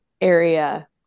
area